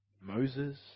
Moses